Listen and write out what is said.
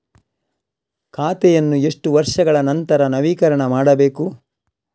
ಖಾತೆಯನ್ನು ಎಷ್ಟು ವರ್ಷಗಳ ನಂತರ ನವೀಕರಣ ಮಾಡಬೇಕು?